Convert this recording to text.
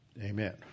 Amen